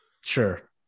sure